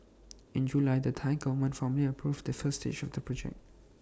in July the Thai Government formally approved the first stage of the project